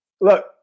Look